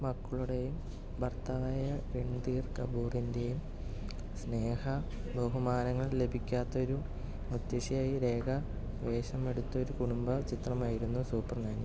മക്കളുടെയും ഭർത്താവായ രൺധീർ കപൂറിൻ്റെയും സ്നേഹ ബഹുമാനങ്ങൾ ലഭിക്കാത്ത ഒരു മുത്തശ്ശിയായി രേഖ വേഷമെടുത്തൊരു കുടുംബ ചിത്രമായിരുന്നു സൂപ്പർ നാനി